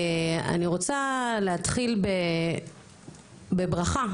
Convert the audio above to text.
אני רוצה להתחיל בברכה,